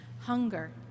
hunger